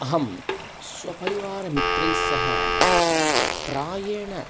अहं स्वपरिवार मित्रैस्सह प्रायेण